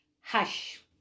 hush